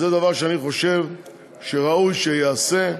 שזה דבר שאני חושב שראוי שייעשה.